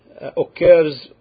occurs